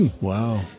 Wow